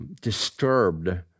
Disturbed